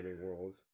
world